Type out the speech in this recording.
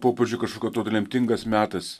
popiežiui kažkokiu atrodo lemtingas metas